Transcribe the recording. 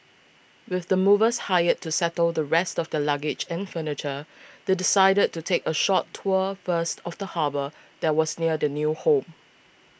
with the movers hired to settle the rest of their luggage and furniture they decided to take a short tour first of the harbour that was near their new home